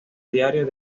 diario